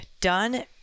done